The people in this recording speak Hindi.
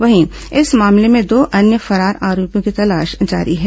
वहीं इस मामले में दो अन्य फरार आरोपियों की तलाश जारी है